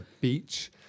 beach